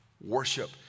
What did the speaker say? worship